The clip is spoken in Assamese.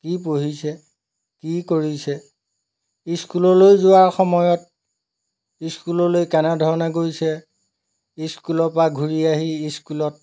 কি পঢ়িছে কি কৰিছে ইস্কুললে যোৱা সময়ত স্কুললেৈ কেনেধৰণে গৈছে স্কুলৰপৰা ঘূৰি আহি স্কুলত